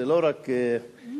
זה לא רק משפחתי,